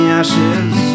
ashes